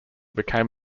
became